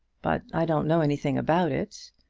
but i don't know anything about it.